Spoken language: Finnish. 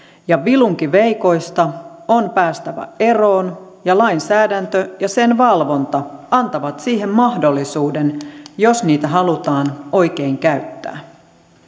vilunkiveikoista on päästävä eroon ja lainsäädäntö ja sen valvonta antavat siihen mahdollisuuden jos niitä halutaan oikein käyttää